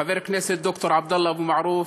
חבר הכנסת ד"ר עבדאללה אבו מערוף,